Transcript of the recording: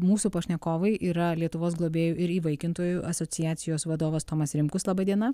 mūsų pašnekovai yra lietuvos globėjų ir įvaikintojų asociacijos vadovas tomas rimkus laba diena